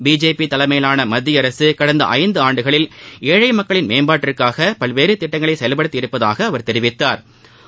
BJP தலைமையிலான மத்திய அரசு கடந்த ஐந்து ஆண்டுகளில் ஏழை மக்களின் மேம்பாட்டுக்காக பல்வேறு திட்டங்களை செயல்படுத்தியுள்ளதாக அவர் தெரிவித்தாா்